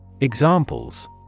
Examples